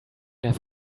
have